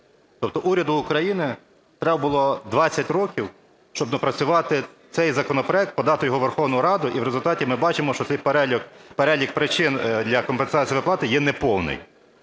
Тобто уряду України треба було 20 років, щоб напрацювати цей законопроект, подати його у Верховну Раду, і в результаті ми бачимо, що цей перелік причин для компенсації виплати є неповний.